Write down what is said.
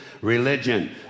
religion